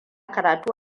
karatu